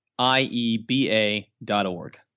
ieba.org